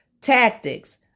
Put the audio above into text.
tactics